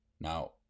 Now